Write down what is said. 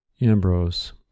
Ambrose